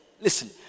listen